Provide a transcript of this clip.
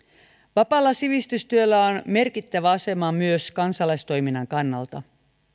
vapaalla sivistystyöllä on merkittävä asema myös kansalaistoiminnan kannalta